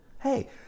Hey